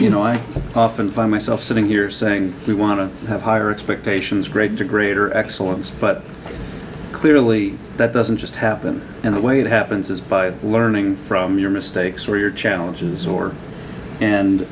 you know i often find myself sitting here saying we want to have higher expectations great to greater excellence but clearly that doesn't just happen and the way it happens is by learning from your mistakes or your challenges or and